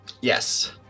Yes